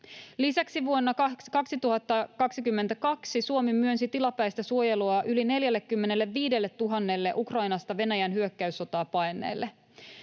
Lisäksi vuonna 2022 Suomi myönsi tilapäistä suojelua yli 45 000:lle Ukrainasta Venäjän hyökkäyssotaa paenneelle.